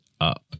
up